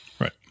Right